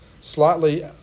slightly